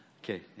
Okay